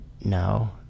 no